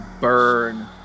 burn